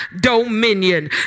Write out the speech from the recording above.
dominion